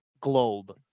globe